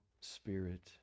spirit